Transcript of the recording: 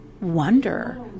wonder